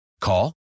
Call